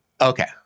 Okay